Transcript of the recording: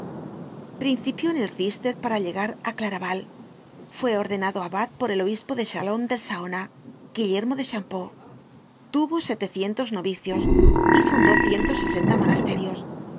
el cister para llegar á claraval fue ordenado abad por el obispo de chalons del saona guillermo de champeaux tuvo setecientos novicios y fundó ciento sesenta monasterios